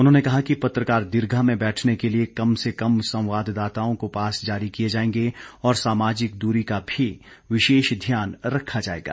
उन्होंने कहा कि पत्रकार दीर्घा में बैठने के लिए कम से कम संवाददाताओं को पास जारी किए जाएंगे और सामाजिक दूरी का भी विशेष ध्यान रखा जाएगा